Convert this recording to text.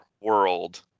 world